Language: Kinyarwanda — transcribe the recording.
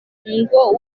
ngo